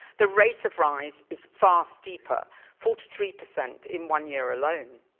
the rate of rise is fast deeper forty three percent in one year alone.